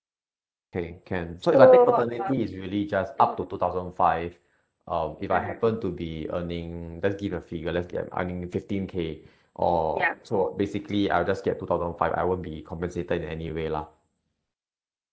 okay can so if I take paternity is really just up to two thousand five uh if I happen to be earning let's give a figure let's give I'm earning fifteen K or so basically I'll just get two thousand five I won't be compensated in any way lah